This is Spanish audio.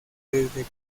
desde